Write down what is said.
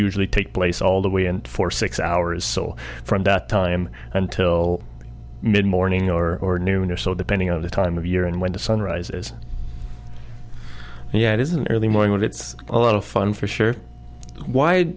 usually take place all the way in for six hours so from that time until mid morning or noon or so depending on the time of year and when the sun rises yeah it is an early morning but it's a lot of fun for sure why